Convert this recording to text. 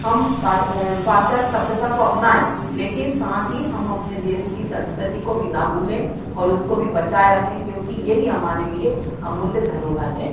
हम पाश्चात सभ्यता को अपनाएं लेकिन साथ ही हम अपने देश की संस्कृति को भी ना भूलें और उसको भी बचाए रखें क्योंकि यही हमारे लिए अमूल्य धरोहर है